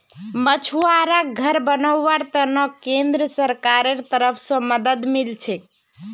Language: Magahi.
मछुवाराक घर बनव्वार त न केंद्र सरकारेर तरफ स मदद मिल छेक